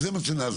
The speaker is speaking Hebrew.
זה מה שנעשה.